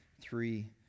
three